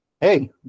hey